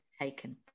taken